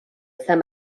izan